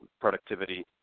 productivity